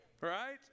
Right